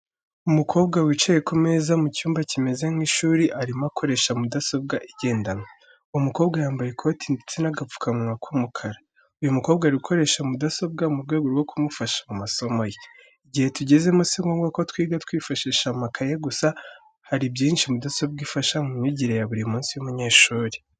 Umukobwa wicaye ku meza mu cyumba kimeze nk'ishuri, arimo akoresha mudasobwa igendanwa. Uwo mukobwa yambaye ikoti ndetse n'agapfukamunwa k'umukara. Uyu mukobwa ari gukoresha mudasobwa mu rwego rwo kumufasha mu masomo ye. Igihe tugezemo si ngombwa ko twiga twifashisha amakaye gusa, hari byinshi mudasobwa ifasha mu myigire ya buri munsi y'umunyeshuri.